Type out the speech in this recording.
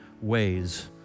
ways